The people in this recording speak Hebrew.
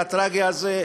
והטרגי הזה,